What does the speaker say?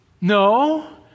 No